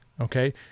Okay